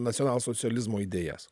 nacionalsocializmo idėjas